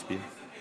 אני אסכם.